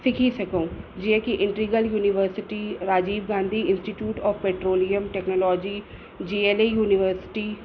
सिखी सघूं जीअं कि integral university Rajiv Gandhi institute of petroleum technology G L A university